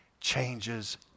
changes